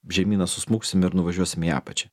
žemynas susmuksim ir nuvažiuosim į apačią